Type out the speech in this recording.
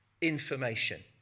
information